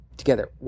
together